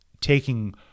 taking